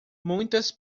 muitas